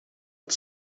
het